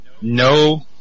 no